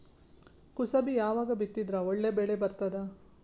ಕುಸಬಿ ಯಾವಾಗ ಬಿತ್ತಿದರ ಒಳ್ಳೆ ಬೆಲೆ ಬರತದ?